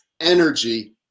energy